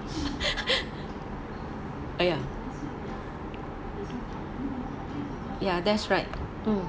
!aiya! ya that's right mm